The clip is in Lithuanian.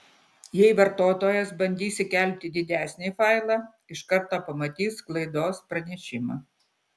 jei vartotojas bandys įkelti didesnį failą iš karto pamatys klaidos pranešimą